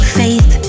faith